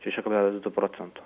šeši kablelis du procento